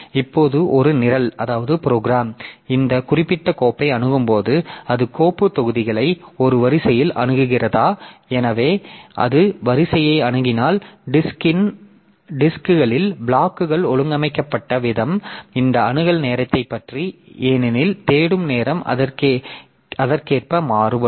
இப்போது ஒரு நிரல் இந்த குறிப்பிட்ட கோப்பை அணுகும்போது அது கோப்புத் தொகுதிகளை ஒரு வரிசையில் அணுகுகிறதா எனவே அது வரிசையில் அணுகினால் டிஸ்க்களில் பிளாக்கள் ஒழுங்கமைக்கப்பட்ட விதம் இந்த அணுகல் நேரத்தைப் பற்றி ஏனெனில் தேடும் நேரம் அதற்கேற்ப மாறுபடும்